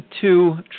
two